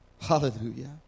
Hallelujah